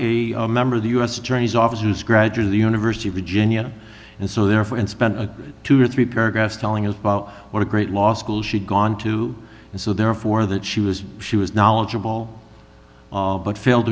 by a member of the us attorney's offices gradually the university of virginia and so therefore and spent a two or three paragraphs telling us about what a great law school she'd gone to and so therefore that she was she was knowledgeable but failed